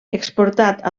exportat